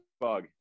bug